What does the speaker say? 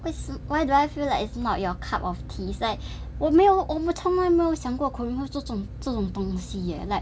为什 why do I feel like it's not your cup of tea like 我没有我从来没有想过 corinne 会做这种这种东西 eh like